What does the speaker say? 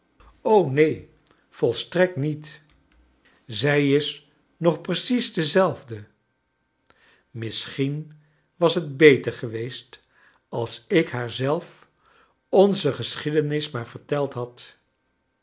neen volstrekt niet zij is nog precies dezelfde misschien was net beter geweest als ik haar zelf onze geschiedenis maar verteld had